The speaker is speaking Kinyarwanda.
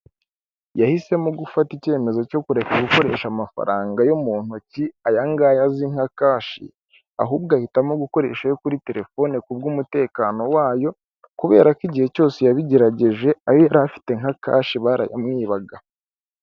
Yahisemo gufata icyemezo cyo kureka gukoresha amafaranga yo mu ntoki ayangaya azi nka cashi ahubwo ahitamo gukoreshayo ayo kuri telefone kubw'umutekano wayo kubera ko igihe cyose yabigerageje ayo yari afite nka cashi barayamwibaga .